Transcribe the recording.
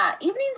evening's